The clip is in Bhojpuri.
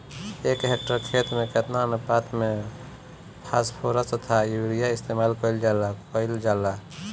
एक हेक्टयर खेत में केतना अनुपात में फासफोरस तथा यूरीया इस्तेमाल कईल जाला कईल जाला?